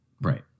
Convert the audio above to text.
Right